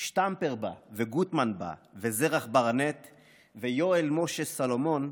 // שטמפפר בא וגוטמן בא / וזרח ברנט / ויואל משה סלומון,